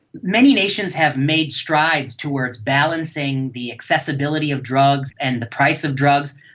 many nations have made strides towards balancing the accessibility of drugs and the price of drugs,